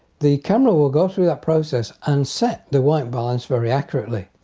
the camera will go through that process and set the white balance very accurately.